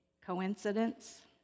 Coincidence